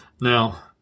Now